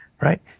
right